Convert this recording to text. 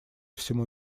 всему